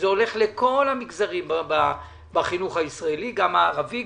שהולכים לכל המגזרים בחינוך הישראלי: גם הערבי,